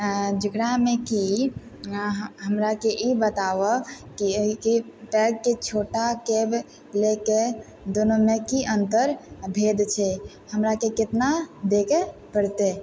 जेकरा मे की हमराके ई बताबऽ की कैब के छोटा कैब लए के दुनू मे की अन्तर आ भेद छै हमरा के केतना दै के परतै